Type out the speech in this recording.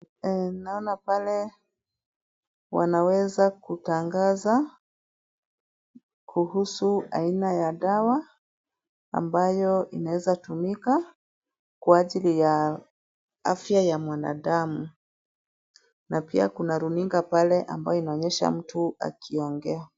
Naona pale wanaweza kutangaza kuhusu aina ya dawa, ambayo inaweza tumika kwa ajili ya afya ya mwanadamu na pia kuna runinga pale ambayo inaonyesha mtu akiongea.